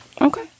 Okay